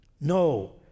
no